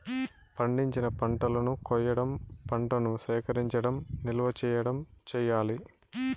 పండించిన పంటలను కొయ్యడం, పంటను సేకరించడం, నిల్వ చేయడం చెయ్యాలి